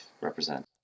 represent